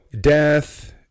death